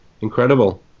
incredible